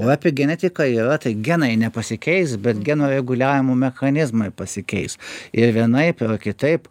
o apie genetiką yra tai genai nepasikeis bet geno reguliavimo mechanizmai pasikeis ir vienaip kitaip